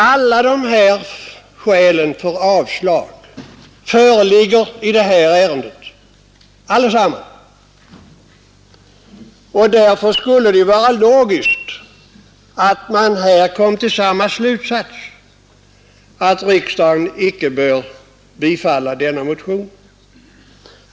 Alla dessa skäl för avslag föreligger i det här ärendet, och därför skulle det vara logiskt att här komma till samma slutsats, nämligen att riksdagen icke bör bifalla den förevarande motionen.